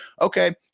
okay